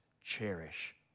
cherish